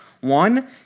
One